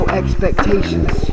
expectations